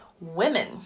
women